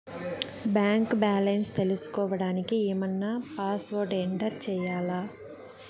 Bank balance తెలుసుకోవడానికి ఏమన్నా password enter చేయాలా?